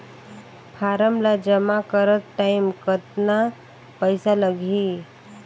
Form ला जमा करत टाइम कतना पइसा लगही?